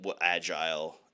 agile